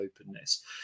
openness